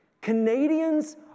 Canadians